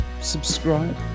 subscribe